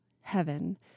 heaven